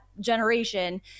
generation